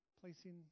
placing